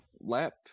lap